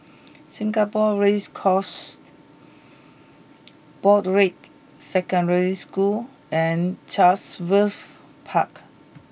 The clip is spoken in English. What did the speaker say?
Singapore Race Course Broadrick Secondary School and Chatsworth Park